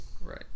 right